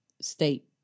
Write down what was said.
state